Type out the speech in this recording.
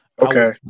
Okay